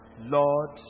Lord